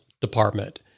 department